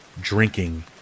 drinking